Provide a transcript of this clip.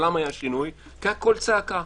למה - כי קם קול צעקה.